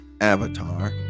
avatar